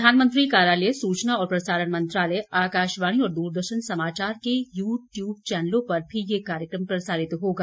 प्रधानमंत्री कार्यालय सूचना और प्रसारण मंत्रालय आकाशवाणी और दूरदर्शन समाचार के यू ट्यूब चौनलों पर भी यह कार्यक्रम प्रसारित होगा